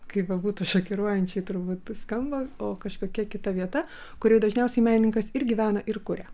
kaip bebūtų šokiruojančiai turbūt skamba o kažkokia kita vieta kurioj dažniausiai menininkas ir gyvena ir kuria